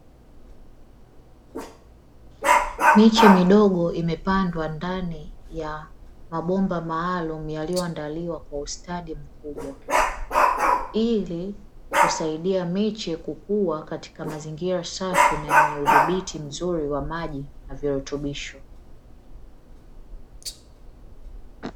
Miche midogo imepandwa ndani ya mabomba maalumu yaliyoandaliwa kwa ustadi mkubwa, ili kusaidia miche kukua katika mazingira safi na yenye udhibiti mzuri wa maji na virutubisho.